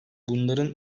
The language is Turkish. bunların